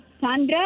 Sandra